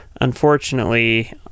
Unfortunately